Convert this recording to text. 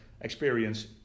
experience